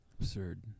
Absurd